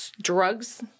drugs